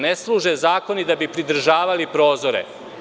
Ne služe zakoni da bi pridržavali prozore.